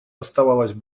оставалось